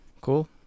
cool